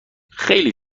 خیلی